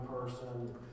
person